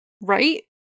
Right